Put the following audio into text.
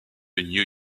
new